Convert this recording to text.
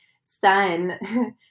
son